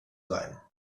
sein